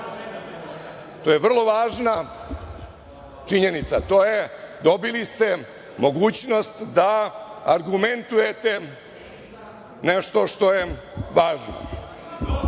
To je vrlo važna činjenica. Dobili ste mogućnost da argumentujete nešto što je važno. Druga